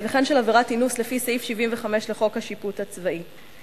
וכן של עבירת אינוס לפי סעיף 75 לחוק השיפוט הצבאי.